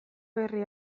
herri